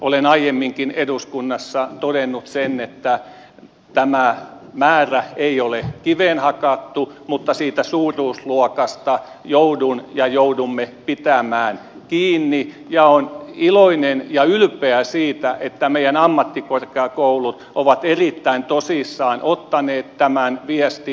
olen aiemminkin eduskunnassa todennut sen että tämä määrä ei ole kiveen hakattu mutta siitä suuruusluokasta joudun ja joudumme pitämään kiinni ja olen iloinen ja ylpeä siitä että meidän ammattikorkeakoulumme ovat erittäin tosissaan ottaneet tämän viestin